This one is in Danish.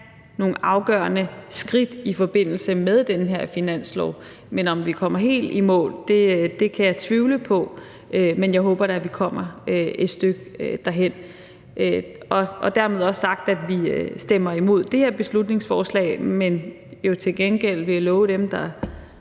nogle afgørende skridt i forbindelse med den her finanslov. Om vi kommer helt i mål, kan jeg tvivle på, men jeg håber da, at vi kommer et stykke derhenad – og dermed også sagt, at vi stemmer imod det her beslutningsforslag, men jo til gengæld vil love dem, der